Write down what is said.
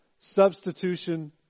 substitution